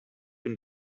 and